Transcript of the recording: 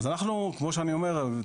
אז כמו שאני אומר,